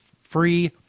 free